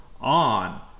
on